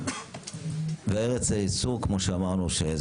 וארץ הייצור כפי שאמרנו.